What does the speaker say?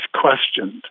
questioned